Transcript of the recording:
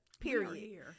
period